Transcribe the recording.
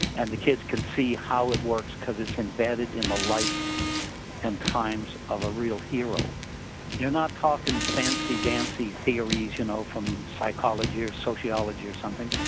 and the kids can see how it works because it's embedded in the life and times of a real hero you are not talking fancy dancy theories you know from psychology or sociology or something,